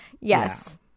Yes